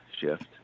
shift